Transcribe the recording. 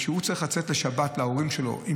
כשהוא צריך לצאת לשבת להורים שלו עם